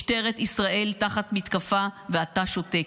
משטרת ישראל תחת מתקפה ואתה שותק.